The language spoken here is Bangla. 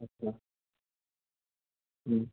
আচ্ছা হুম